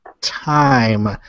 time